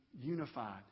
unified